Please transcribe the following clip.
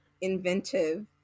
inventive